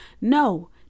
No